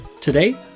Today